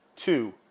Two